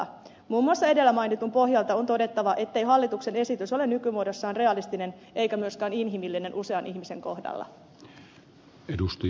muun muassa edellä mainitun pohjalta on todettava ettei hallituksen esitys ole nykymuodossaan realistinen eikä myöskään inhimillinen usean ihmisen kohdalla